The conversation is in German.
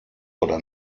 oder